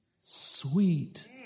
sweet